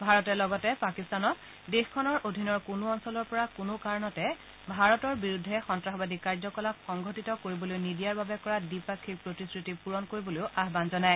ভাৰতে লগতে পাকিস্তানক দেশখনৰ অধীনৰ কোনো অঞ্চলৰ পৰা কোনো কাৰণতে ভাৰতৰ বিৰুদ্ধে সন্তাসবাদী কাৰ্যকলাপ সংঘটিত কৰিবলৈ নিদিয়াৰ বাবে কৰা দ্বিপাক্ষিক প্ৰতিশ্ৰুতি পুৰণ কৰিবলৈও আহান জনায়